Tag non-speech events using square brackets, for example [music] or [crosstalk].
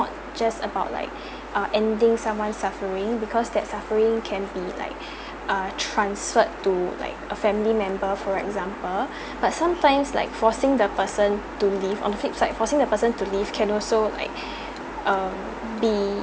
not just about like [breath] uh ending someone's suffering because that suffering can be like [breath] ah transferred to like a family member for example [breath] but sometimes like forcing the person to live on flip side forcing the person to live can also like [breath] um be